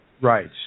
Right